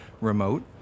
remote